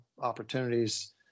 opportunities